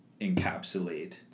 encapsulate